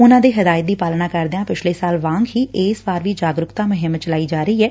ਉਨੂਂ ਦੀ ਹਦਾਇਤ ਦੀ ਪਾਲਣਾ ਕਰਦਿਆਂ ਪਿਛਲੇ ਸਾਲ ਵਾਂਗ ਹੀ ਇਸ ਵਾਰ ਵੀ ਜਾਗਰੁਕਤਾ ਮੁਹਿੰਮ ਚਲਾਈ ਜਾ ਰਹੀ ਐ